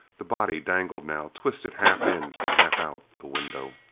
the body dangled now, twisted half in and half out the window.